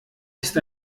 ist